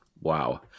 wow